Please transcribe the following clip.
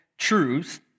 truths